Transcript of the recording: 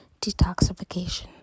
Detoxification